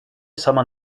sama